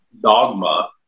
dogma